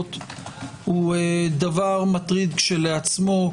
הזכויות הוא דבר מטריד כשלעצמו.